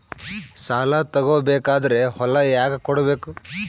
ಸಾಲ ತಗೋ ಬೇಕಾದ್ರೆ ಹೊಲ ಯಾಕ ಕೊಡಬೇಕು?